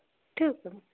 ठेवू का